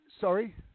Sorry